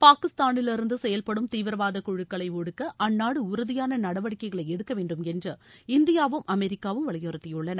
பாகிஸ்தானிலிருந்து செயல்படும் தீவிரவாத குழுக்களை ஒடுக்க அந்நாடு உறுதியான நடவடிக்கைகளை எடுக்க வேண்டும் என்று இந்தியாவும் அமெரிக்காவும் வலியுறுத்தியுள்ளன